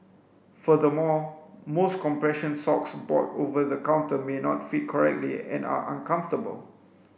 furthermore most compression socks bought over the counter may not fit correctly and are uncomfortable